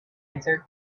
answered